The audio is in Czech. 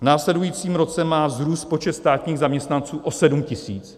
V následujícím roce má vzrůst počet státních zaměstnanců o 7 tisíc.